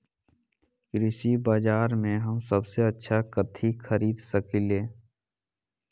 कृषि बाजर में हम सबसे अच्छा कथि खरीद सकींले?